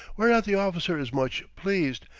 whereat the officer is much pleased,